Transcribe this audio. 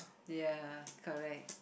ya correct